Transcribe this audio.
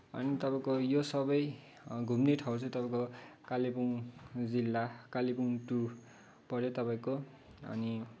अनि तपाईँको यो सबै घुम्ने ठाउँ चाहिँ तपाईँको कालिम्पोङ जिल्ला कालिम्पोङ टुर पऱ्यो तपाईँको अनि